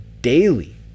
daily